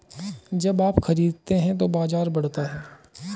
जब आप खरीदते हैं तो बाजार बढ़ता है